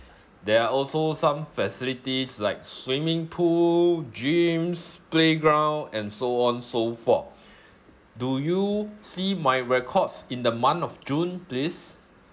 there are also some facilities like swimming pool gyms playground and so on so forth do you see my records in the month of june please